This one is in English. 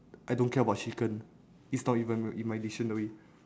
I don't care about chicken it's not even in my dictionary